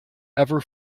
ever